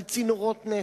על צינורות נפט.